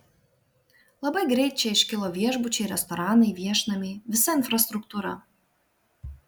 labai greit čia iškilo viešbučiai restoranai viešnamiai visa infrastruktūra